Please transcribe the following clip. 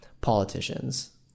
politicians